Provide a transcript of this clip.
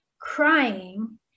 crying